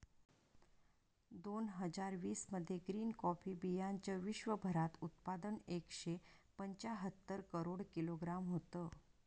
दोन हजार वीस मध्ये ग्रीन कॉफी बीयांचं विश्वभरात उत्पादन एकशे पंच्याहत्तर करोड किलोग्रॅम होतं